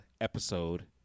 episode